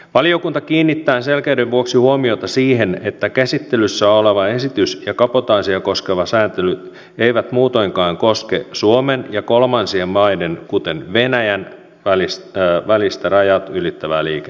valiokunta kiinnittää selkeyden vuoksi huomiota siihen että käsittelyssä oleva esitys ja kabotaasia koskeva sääntely eivät muutoinkaan koske suomen ja kolmansien maiden kuten venäjän välistä rajat ylittävää liikennettä